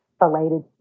related